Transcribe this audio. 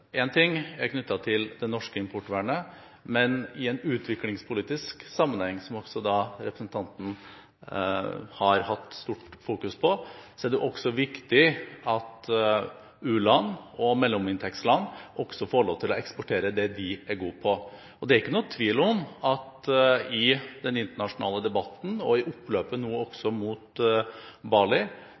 er knyttet til det norske importvernet, men i en utviklingspolitisk sammenheng, som også representanten Hareide har fokusert sterkt på, er det viktig at også u-land og mellominntektsland får lov til å eksportere det de er gode på. Det er ingen tvil om at i den internasjonale debatten og i oppløpet nå mot